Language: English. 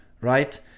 right